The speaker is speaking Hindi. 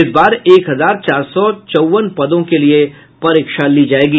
इस बार एक हजार चार सौ चौवन पदों के लिये परीक्षा ली जायेगी